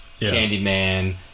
Candyman